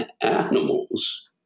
animals